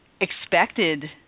expected